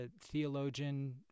theologian